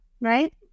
Right